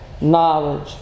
knowledge